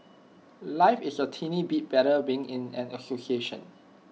life is A tiny bit better being in an association